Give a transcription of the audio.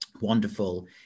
wonderful